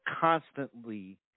constantly